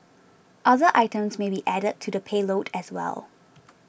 other items may be added to the payload as well